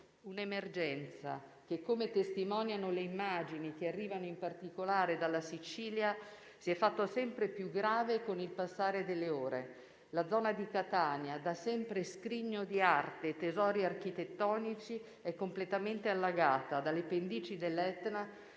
Un'emergenza che, come testimoniano le immagini che arrivano, in particolare, dalla Sicilia, si è fatta sempre più grave con il passare delle ore. La zona di Catania, da sempre scrigno di arte e tesori architettonici, è completamente allagata, dalle pendici dell'Etna